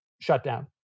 shutdown